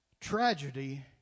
Tragedy